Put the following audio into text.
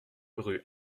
rue